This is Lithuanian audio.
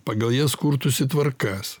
pagal jas kurtųsi tvarkas